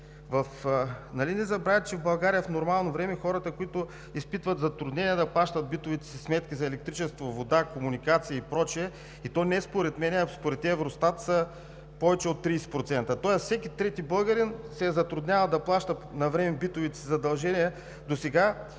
Нали не забравяте, че в България в нормално време хората, които изпитват затруднения да плащат битовите си сметки за електричество, вода, комуникации и прочие, и то не според мен, а според Евростат, са повече от 30%. Тоест всеки трети българин се затруднява да плаща навреме битовите си задължения досега